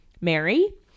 mary